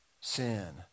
sin